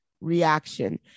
reaction